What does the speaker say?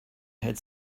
had